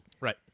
Right